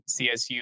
csu